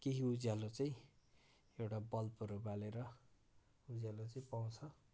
केही उज्यालो चाहिँ एउटा बल्बहरू बालेर उज्यालो चाहिँ पाउँछ